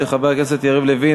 של חברי הכנסת יריב לוין,